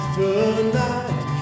Tonight